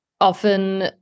often